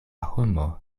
homo